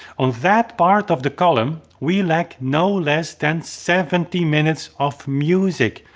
on that part of the column, we lack no less than seventy minutes of music,